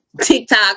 TikTok